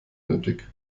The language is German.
nötig